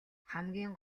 хамгийн